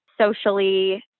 socially